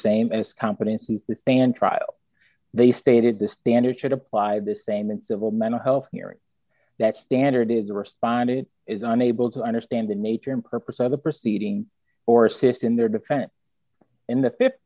same as competency to stand trial they stated the standard should apply the same in civil mental health hearing that standard did the responded is unable to understand the nature and purpose of the proceeding or assist in their defense in the